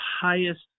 highest